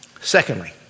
Secondly